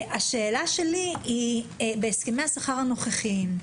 השאלה שלי: בהסכמי השכר הנוכחיים,